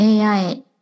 AI